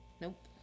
Nope